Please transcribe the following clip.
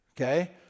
okay